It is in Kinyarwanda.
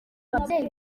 ababyeyi